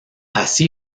así